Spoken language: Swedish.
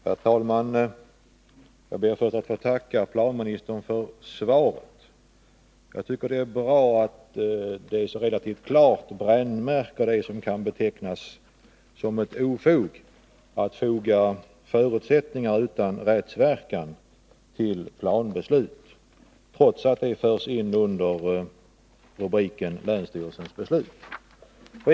Herr talman! Jag ber att få tacka planministern för svaret. Jag tycker att det är bra att det är så klart brännmärkt vad som kan betecknas som ofog, nämligen att foga förutsättningar utan rättsverkan till planbeslut trots att det förs in under rubriken Länsstyrelsens beslut.